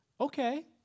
Okay